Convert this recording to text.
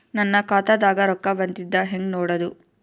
ನನ್ನ ಖಾತಾದಾಗ ರೊಕ್ಕ ಬಂದಿದ್ದ ಹೆಂಗ್ ನೋಡದು?